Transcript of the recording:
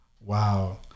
Wow